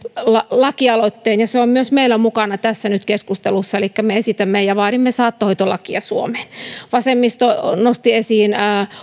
lakialoitteen ja se on myös meillä mukana nyt tässä keskustelussa elikkä me esitämme ja vaadimme saattohoitolakia suomeen vasemmisto nosti esiin